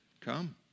Come